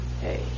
Hey